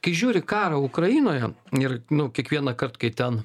kai žiūri karą ukrainoje ir nu kiekvienąkart kai ten